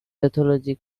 pathology